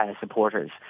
supporters